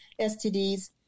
STDs